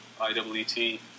IWT